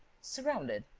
surrounded.